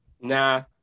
Nah